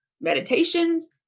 meditations